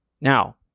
Now